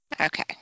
okay